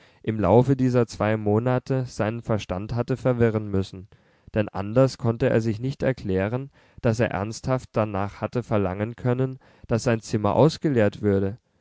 im laufe dieser zwei monate seinen verstand hatte verwirren müssen denn anders konnte er es sich nicht erklären daß er ernsthaft danach hatte verlangen können daß sein zimmer ausgeleert würde